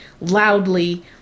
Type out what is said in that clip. loudly